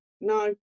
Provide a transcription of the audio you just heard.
no